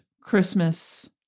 Christmas